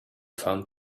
found